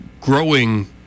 growing